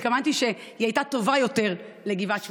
התכוונתי שהיא הייתה טובה יותר לגבעת שמואל,